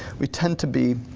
we tend to be,